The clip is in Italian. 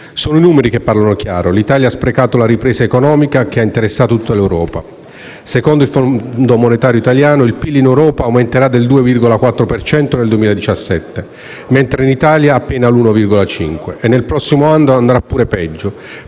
Sono i numeri che parlano chiaro: 1'Italia ha sprecato la ripresa economica che ha interessato tutta l'Europa. Secondo il Fondo monetario internazionale (FMI) il PIL in Europa aumenterà del 2,4 per cento nel 2017, mentre in Italia appena dell'1,5 per cento. Nel prossimo anno andrà pure peggio,